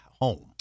home